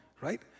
right